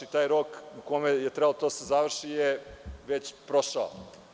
Taj rok u kome je trebalo to da se završi je već prošao.